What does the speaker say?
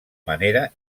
manera